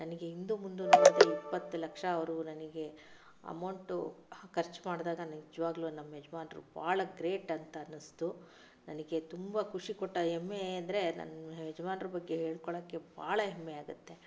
ನನಗೆ ಹಿಂದೆ ಮುಂದೆ ನೋಡದೆ ಇಪ್ಪತ್ತು ಲಕ್ಷ ಅವರು ನನಗೆ ಅಮೌಂಟ್ ಖರ್ಚು ಮಾಡಿದಾಗ ನಿಜವಾಗಲೂ ನಮ್ಮ ಯಜಮಾನರು ಬಹಳ ಗ್ರೇಟ್ ಅಂತ ಅನ್ನಿಸ್ತು ನನಗೆ ತುಂಬಾ ಖುಷಿ ಕೊಟ್ಟ ಹೆಮ್ಮೆ ಅಂದರೆ ನನ್ನ ಯಜಮಾನರ ಬಗ್ಗೆ ಹೇಳ್ಕೋಳ್ಳೋಕ್ಕೆ ಬಹಳ ಹೆಮ್ಮೆ ಆಗುತ್ತೆ